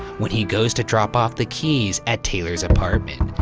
when he goes to drop off the keys at taylor's apartment,